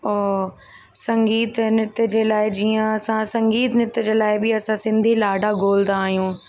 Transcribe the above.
उहो संगीत ऐं नृत जे लाइ जीअं असां संगीत नृत जे लाइ बि असां सिंधी लाॾा गोलंदा आहियूं